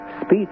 speech